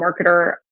marketer